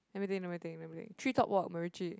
let me think let me think let me think treetop walk MacRitchie